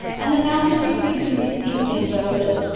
and the master refused to receive st. joseph,